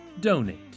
Donate